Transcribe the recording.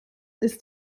ist